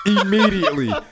immediately